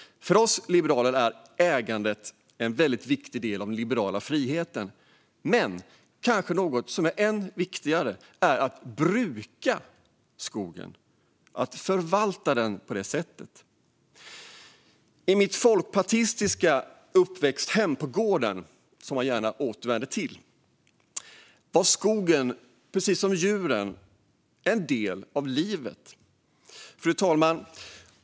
För oss liberaler är ägandet en väldigt viktig del av den liberala friheten. Men något som kanske är än viktigare är att bruka skogen och på det sättet förvalta den. I min folkpartistiska uppväxt hemma på gården - som jag gärna återvänder till - var skogen precis som djuren en del av livet. Fru talman!